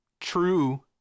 true